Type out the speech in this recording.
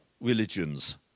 religions